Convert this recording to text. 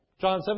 John